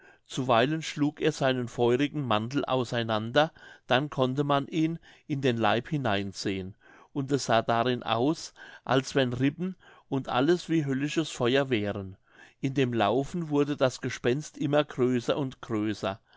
zuweilen schlug er seinen feurigen mantel auseinander dann konnte man ihm in den leib hineinsehen und es sah darin aus als wenn rippen und alles wie höllisches feuer wären in dem laufen wurde das gespenst immer größer und größer